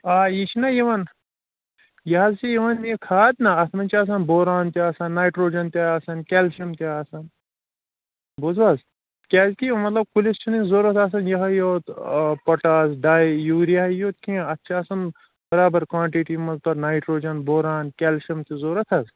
آ یہِ چھُنہ یِوان یہِ حظ چھُ یِوان یہِ کھاد نا اَتھ منٛز چھِ آسان بوران تہِ آسان نایِٹروجَن تہِ آسان کٮ۪لشِیَم تہِ آسان بوٗزُو حظ کیٛازکہِ یہِ مطلب کُلِس چھُنہٕ یہِ ضوٚرَتھ آسان یِہوٚے یوت پوٚٹاس ڈَے یوٗریاہی یوت کیٚنٛہہ اَتھ چھِ آسان برابر کانٹِٹی منٛز پَتہٕ نایِٹروجَن بوران کٮ۪لشِیَم تہِ ضوٚرَتھ حظ